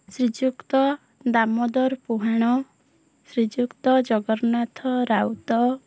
Shriyukta Damodar Puhan Shriyukta Jagannath Raut